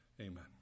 Amen